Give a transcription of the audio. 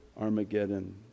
Armageddon